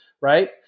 right